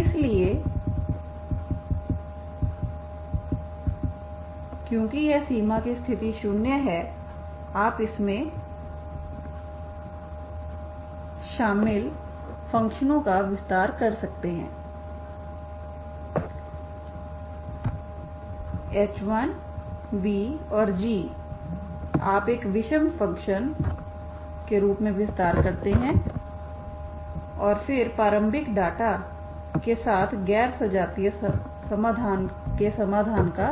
इसलिए क्योंकि यह सीमा की स्थिति शून्य है आप इसमें शामिल फंक्शन का विस्तार कर सकते हैं h1 v और g आप एक विषम फंक्शन के रूप में विस्तार करते हैंऔर फिर प्रारंभिक डेटा के साथ गैर सजातीय समाधान के समाधान का